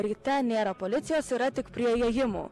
ryte nėra policijos yra tik prie įėjimų